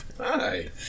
Hi